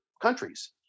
countries